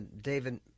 David